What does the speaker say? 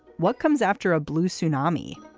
what comes after a blue tsunami.